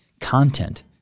content